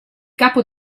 capo